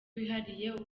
wihariye